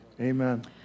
Amen